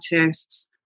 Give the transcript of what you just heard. artists